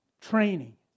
Training